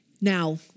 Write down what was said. Now